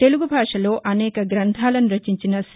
తెలుగు బాషలో అనేక గ్రంధాలను రచించిన సి